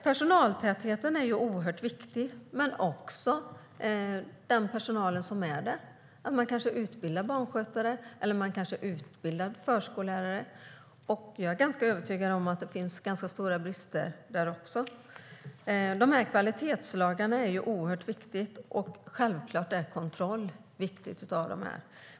Personaltätheten är oerhört viktig, men personalen är också viktig - att man utbildar barnskötare och förskollärare. Jag är övertygad om att det finns stora brister där också. Kvalitetslagarna är oerhört viktiga, och självklart är kontroll viktigt.